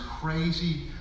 crazy